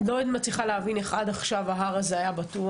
ואני לא מצליחה להבין איך עד עכשיו ההר הזה היה ככה.